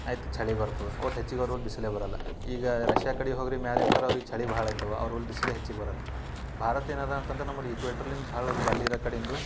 ಆಯ್ತು ಚಳಿ ಬರ್ತದೆ ಒಟ್ಟು ಹೆಚ್ಚಿಗೆ ಅವ್ರು ಊರಿಗೆ ಬಿಸಿಲೇ ಬರೋಲ್ಲ ಈಗ ರಷ್ಯಾ ಕಡೆ ಹೋಗಿ ರೀ ಮ್ಯಾಲ ಇರ್ತಾರೆ ಅವ್ರಿಗೆ ಚಳಿ ಭಾಳ ಆಯ್ತವ ಅವ್ರು ಊರಿಗೆ ಬಿಸಿಲೆ ಹೆಚ್ಚಿಗೆ ಬರೋಲ್ಲ ಭಾರತ ಏನು ಅದಾ ಅಂತಂದ್ರೆ ನಂಬಳಿ ಭಾಳ ಬಲ ಇರೋ ಕಡಿಂದು